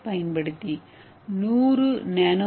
ஏவைப் பயன்படுத்தி 100 என்